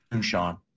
Sean